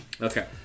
Okay